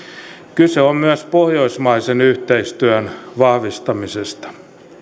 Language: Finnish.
kyse on myös pohjoismaisen yhteistyön vahvistamisesta